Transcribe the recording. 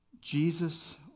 Jesus